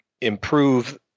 improve